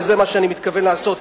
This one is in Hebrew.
וזה מה שאני מתכוון לעשות.